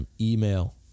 Email